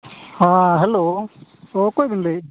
ᱦᱮᱸ ᱦᱮᱞᱳ ᱚᱠᱚᱭᱵᱤᱱ ᱞᱟᱹᱭᱮᱫᱼᱟ